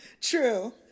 True